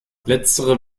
letztere